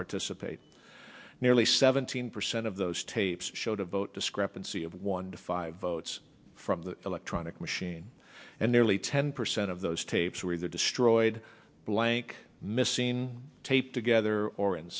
participate nearly seventeen percent of those tapes showed a vote discrepancy of one to five votes from the electronic machine and there lee ten percent of those tapes were either destroyed blank missing tape together or in